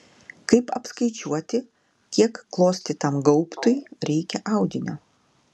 kaip apskaičiuoti kiek klostytam gaubtui reikia audinio